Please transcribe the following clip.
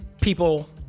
people